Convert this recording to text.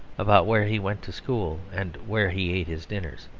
about where he went to school and where he ate his dinners,